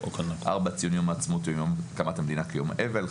(4) ציון יום העצמאות או יום הקמת המדינה כיום אבל,